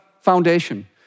Foundation